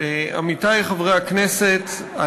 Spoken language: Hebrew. חברי הכנסת,